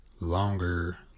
longer